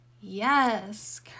Yes